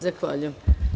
Zahvaljujem.